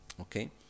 Okay